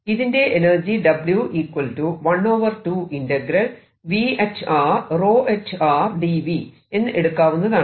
ഇതിന്റെ എനർജി എന്ന് എടുക്കാവുന്നതാണ്